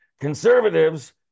Conservatives